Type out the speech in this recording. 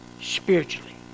spiritually